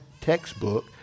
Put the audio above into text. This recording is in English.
textbook